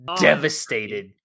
devastated